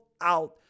out